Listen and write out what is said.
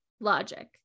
logic